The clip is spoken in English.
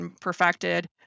perfected